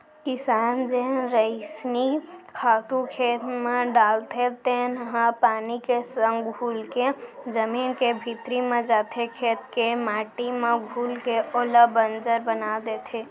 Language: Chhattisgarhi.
किसान जेन रसइनिक खातू खेत म डालथे तेन ह पानी के संग घुलके जमीन के भीतरी म जाथे, खेत के माटी म घुलके ओला बंजर बना देथे